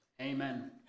Amen